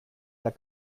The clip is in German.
der